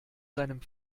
seinem